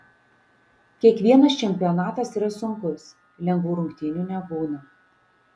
kiekvienas čempionatas yra sunkus lengvų rungtynių nebūna